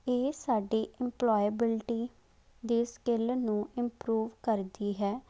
ਇਹ ਸਾਡੀ ਇਮਪਲੋਏਬਿਲਟੀ ਦੀ ਸਕਿਲ ਨੂੰ ਇਮਪਰੂਵ ਕਰਦੀ ਹੈ